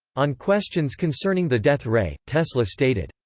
on questions concerning the death ray, tesla stated,